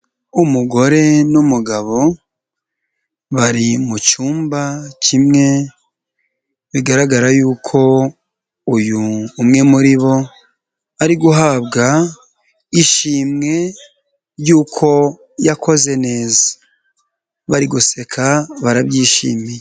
Umugore n'umugabo bari mu cyumba kimwe, bigaragara yuko uyu umwe muri bo, ari guhabwa ishimwe ry'uko yakoze neza, bari guseka barabyishimiye.